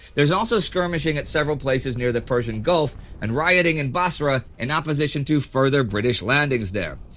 there is also skirmishing at several places near the persian gulf and rioting in basra in opposition to further british landings there.